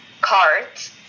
cards